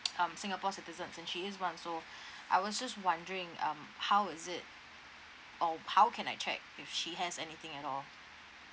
um singapore citizens and she is [one] so I was just wondering um how is it or how can I check if she has anything at all